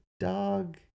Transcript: Dog